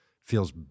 feels